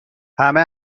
همه